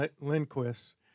Lindquist